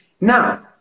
Now